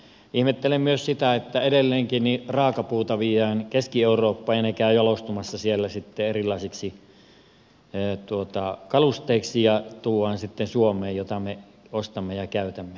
ihmettelen myös sitä että edelleenkin raakapuuta viedään keski eurooppaan ja se käy jalostumassa siellä sitten erilaisiksi kalusteiksi ja tuodaan sitten suomeen jossa me niitä ostamme ja käytämme